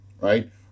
right